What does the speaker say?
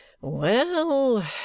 Well